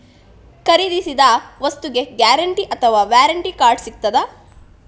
ಖರೀದಿಸಿದ ವಸ್ತುಗೆ ಗ್ಯಾರಂಟಿ ಅಥವಾ ವ್ಯಾರಂಟಿ ಕಾರ್ಡ್ ಸಿಕ್ತಾದ?